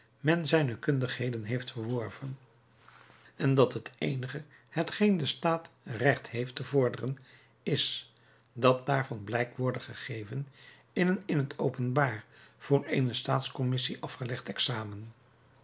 men zijne kundigheden heeft verworven en dat het eenige hetgeen de staat recht heeft te vorderen is dat daarvan blijk worde gegeven in een in het openbaar voor eene staatscommissie afgelegd examen